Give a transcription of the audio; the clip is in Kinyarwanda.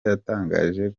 yatangaje